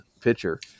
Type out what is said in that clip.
pitcher